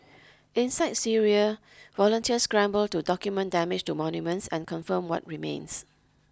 inside Syria volunteers scramble to document damage to monuments and confirm what remains